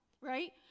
right